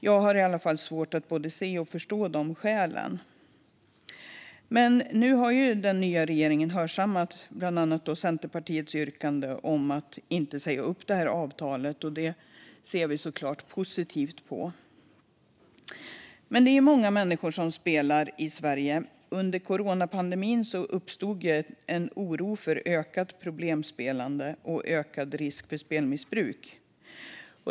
Jag har i varje fall svårt att både se och förstå de skälen. Men nu har den nya regeringen hörsammat bland annat Centerpartiets yrkande om att inte säga upp avtalet, och det ser vi såklart positivt på. Det är många människor som spelar i Sverige. Under coronapandemin uppstod en oro för ökat problemspelande och ökad risk för spelmissbruk.